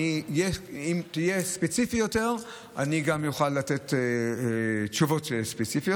אם תהיה ספציפי יותר אני גם אוכל לתת תשובות ספציפיות.